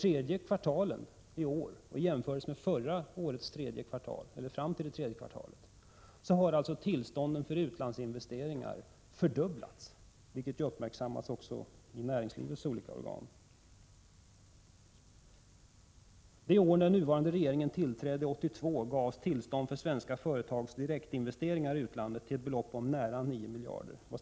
Om man jämför med fjolårets siffror fram till tredje kvartalet, finner man att tillstånden till utlandsinvesteringar har fördubblats. Detta uppmärksammas även i näringslivets olika organ. Det år som den nuvarande regeringen tillträdde — dvs. 1982 — gavs svenska företag tillstånd till direktinvesteringar i utlandet till ett belopp av nära 9 miljarder kronor.